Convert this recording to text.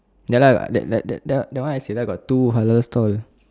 ya lah that that that that that one I say got two halal stall